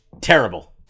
Terrible